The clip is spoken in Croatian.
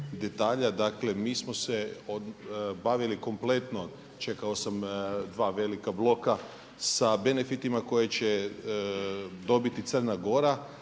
dakle mi smo se bavili kompletno, čekao sam dva velika bloka sa benefitima koje će dobiti Crna Gora